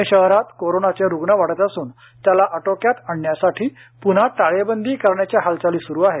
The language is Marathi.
पुणे शहरात कोरोनाचे रुग्ण वाढत असून त्याला आटोक्यात आणण्यासाठी पुन्हा टाळेबंदी करण्याच्या हालचाली सुरू आहेत